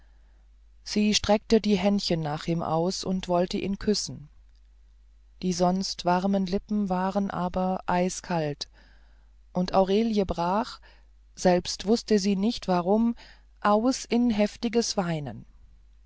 sie streckte die händchen nach ihm aus und wollte ihn küssen die sonst warmen lippen waren aber eiskalt und aurelie brach selbst wußte sie nicht warum aus in heftiges weinen